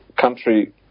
country